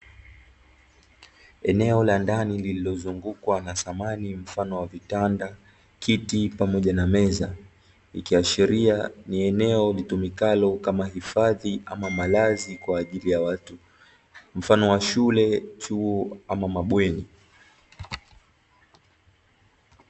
Eneo la ndani lilozungukwa na samani mfano wa vitanda kiti pamoja na meza, ikiashiria ni eneno litumikalo kama hifadhi ama malazi kwa ajili ya watu mfano wa shule chuo ama mabweni.